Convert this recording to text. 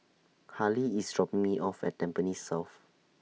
Hali IS dropping Me off At Tampines South